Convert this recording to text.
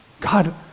God